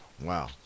Wow